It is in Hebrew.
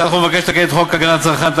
הצעת החוק מבקשת לתקן את חוק הגנת הצרכן,